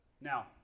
Now